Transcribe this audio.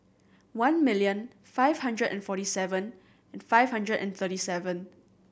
one million five hundred and forty seven five hundred and thirty seven